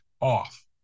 off